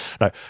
No